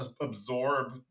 absorb